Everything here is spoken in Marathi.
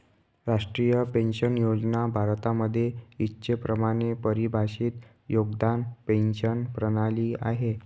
राष्ट्रीय पेन्शन योजना भारतामध्ये इच्छेप्रमाणे परिभाषित योगदान पेंशन प्रणाली आहे